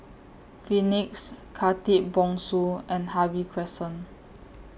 Phoenix Khatib Bongsu and Harvey Crescent